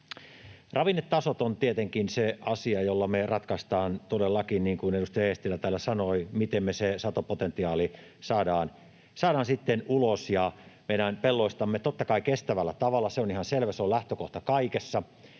Ravinnetasot on tietenkin se asia, jolla me ratkaistaan — todellakin niin kuin edustaja Eestilä täällä sanoi — miten me se satopotentiaali saadaan sitten ulos meidän pelloistamme. Totta kai kestävällä tavalla — se on ihan selvä, se on lähtökohta kaikessa